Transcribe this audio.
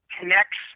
connects